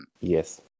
Yes